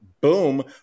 Boom